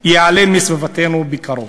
ייעלם מסביבתנו בקרוב.